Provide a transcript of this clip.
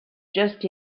just